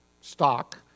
stock